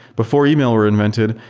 before email were invented,